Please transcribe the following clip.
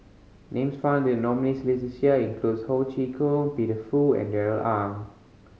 names found in the nominees' list this year includes Ho Chee Kong Peter Fu and Darrell Ang